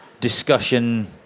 discussion